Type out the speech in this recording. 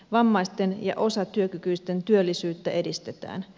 vammaisten ja osatyökykyisten työllisyyttä edistetään